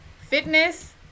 fitness